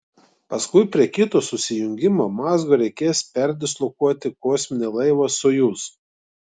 paskui prie kito susijungimo mazgo reikės perdislokuoti kosminį laivą sojuz